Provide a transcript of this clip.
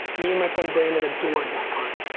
me and my friend brandon adored that card.